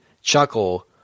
chuckle